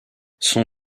son